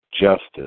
justice